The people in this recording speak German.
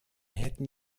hätten